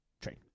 train